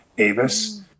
Avis